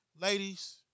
ladies